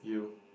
you